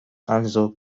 also